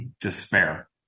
despair